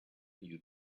you